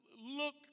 look